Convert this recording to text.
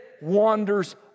wanders